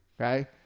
Okay